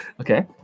Okay